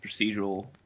procedural